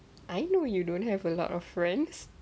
I know you don't have a lot of friends